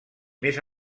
més